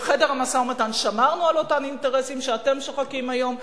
בחדר המשא-ומתן שמרנו על אותם אינטרסים שאתם שוחקים היום,